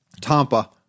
Tampa